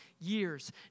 years